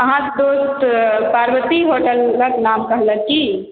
अहाँ के पारवती होटल के नाम कहलक की